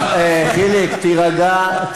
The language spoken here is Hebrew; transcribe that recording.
חיליק, תירגע.